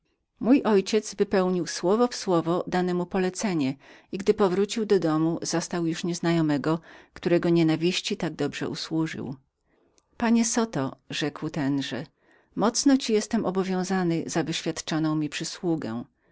mój ojciec wypełnił słowo w słowo dane mu polecenie i gdy powrócił do domu zastał już nieznajomego którego nienawiści tak dobrze usłużył panie zoto rzekł tenże mocno ci jestem obowiązany za wyświadczoną mi przysługę